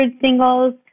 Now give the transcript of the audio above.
singles